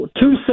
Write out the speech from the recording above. Two